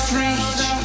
reach